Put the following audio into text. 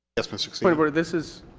yes mr. castillo. but this is